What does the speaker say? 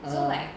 so like